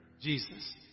Jesus